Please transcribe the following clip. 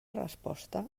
resposta